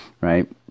right